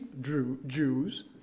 Jews